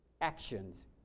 actions